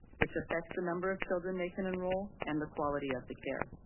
which affects the number of children they can enroll and the quality of the care.